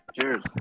Cheers